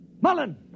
Mullen